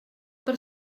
per